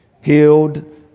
healed